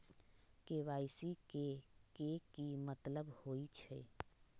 KYC के कि मतलब होइछइ?